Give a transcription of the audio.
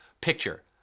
picture